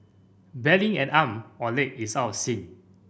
barely an arm or leg is out of sync